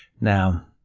Now